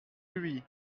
lui